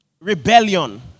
rebellion